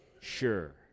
Sure